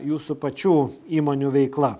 jūsų pačių įmonių veikla